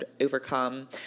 overcome